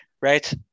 Right